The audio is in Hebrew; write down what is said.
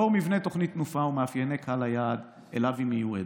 לאור מבנה תוכנית "תנופה" ומאפייני קהל היעד שאליו היא מיועדת,